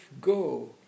go